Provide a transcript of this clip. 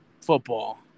football